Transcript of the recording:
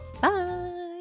Bye